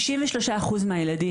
כ-93% מהילדים,